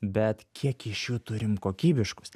bet kiek iš jų turim kokybiškus